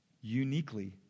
uniquely